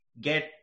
get